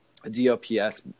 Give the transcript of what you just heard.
dops